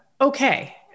okay